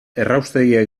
erraustegia